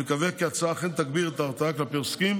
אני מקווה כי ההצעה אכן תגביר את ההרתעה כלפי עוסקים